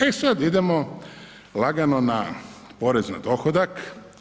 E sad idemo lagano na porez na dohodak.